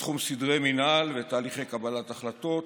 מתחום סדרי מינהל ותהליכי קבלת החלטות